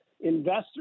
investors